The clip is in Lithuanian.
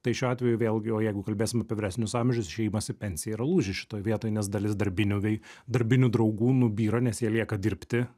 tai šiuo atveju vėlgi o jeigu kalbėsim apie vyresnius amžius išėjimas į pensiją yra lūžis šitoj vietoj nes dalis darbinių vei darbinių draugų nubyra nes jie lieka dirbti